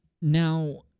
Now